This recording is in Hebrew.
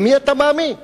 למי אתה מאמין?